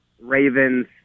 Ravens